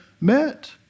met